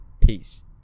Peace